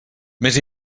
més